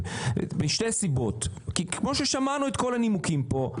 וזאת משתי סיבות: כמו ששמענו את כל הנימוקים פה,